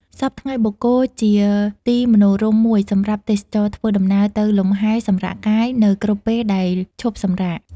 សព្វថ្ងៃបូកគោ ជាទីមនោរម្យមួយសម្រាប់ទេសចរណ៍ធ្វើ ដំណើរទៅលំហែ សម្រាកកាយ នៅគ្រប់ពេលដែលឈប់សម្រាក ។